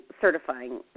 certifying